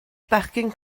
bechgyn